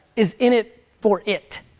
is in it for it.